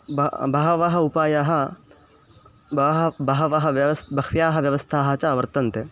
बहु बहवः उपायाः बहु बहवः व्यवस्थाः बह्व्याः व्यवस्थाः च वर्तन्ते